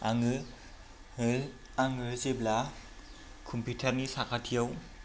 आङो आङो जेब्ला कम्पिटारनि साखाथियाव